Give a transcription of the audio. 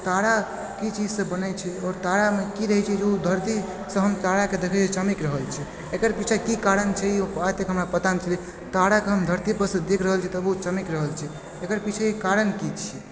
तारा की चीजसँ बनय छै आओर तारामे की रहै छै जे ओ धरतीसँ हम तारा के देखै छियै चमैक रहल छै एकर पीछा की कारण छै ई आइ तक हमरा पता नहि चललै ताराके हम धरती परसँ देख रहल छियै ताबो ओ चमैक रहल छै एकर पीछा कारण की छै